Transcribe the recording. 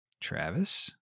Travis